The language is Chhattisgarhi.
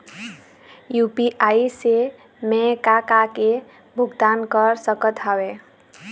यू.पी.आई से मैं का का के भुगतान कर सकत हावे?